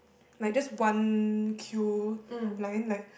like just one queue lining like